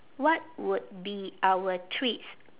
what would be our treats